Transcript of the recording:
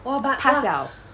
pass liao